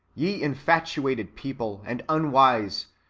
ye infatuated people, and unwise,